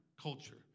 culture